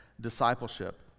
discipleship